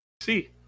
See